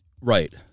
Right